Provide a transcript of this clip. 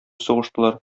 сугыштылар